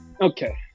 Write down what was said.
Okay